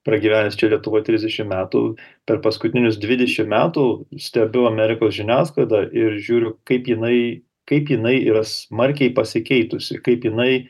pragyvenęs čia lietuvoj trisdešimt metų per paskutinius dvidešimt metų stebiu amerikos žiniasklaidą ir žiūriu kaip jinai kaip jinai yra smarkiai pasikeitusi kaip jinai